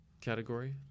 Category